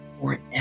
forever